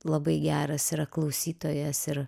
labai geras yra klausytojas ir